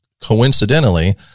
coincidentally